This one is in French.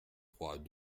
trois